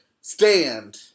stand